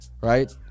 right